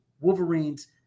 Wolverines